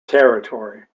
territory